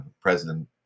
President